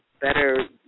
better